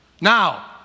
Now